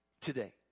today